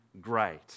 great